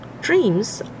dreams